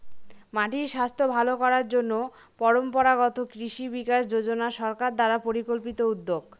মাটির স্বাস্থ্য ভালো করার জন্য পরম্পরাগত কৃষি বিকাশ যোজনা সরকার দ্বারা পরিকল্পিত উদ্যোগ